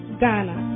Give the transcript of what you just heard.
Ghana